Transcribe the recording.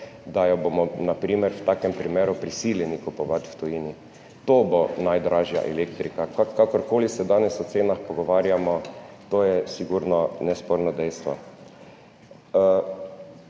na primer v takem primeru prisiljeni kupovati v tujini. To bo najdražja elektrika. Karkoli se danes pogovarjamo o cenah, to je sigurno nesporno dejstvo.